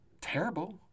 terrible